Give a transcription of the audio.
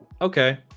okay